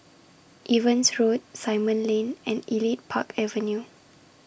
Evans Road Simon Lane and Elite Park Avenue